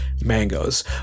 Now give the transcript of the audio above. mangoes